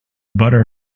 butter